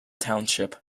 township